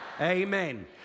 Amen